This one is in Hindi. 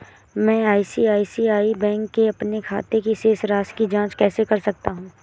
मैं आई.सी.आई.सी.आई बैंक के अपने खाते की शेष राशि की जाँच कैसे कर सकता हूँ?